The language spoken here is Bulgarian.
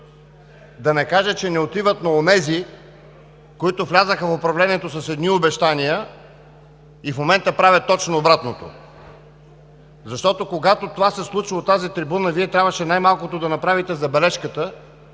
да не кажа, че не отиват на онези, които влязоха в управлението с едни обещания и в момента правят точно обратното. Защото, когато това се случва от тази трибуна, Вие трябваше да направите забележката,